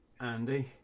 Andy